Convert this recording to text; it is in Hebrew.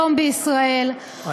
היום בישראל,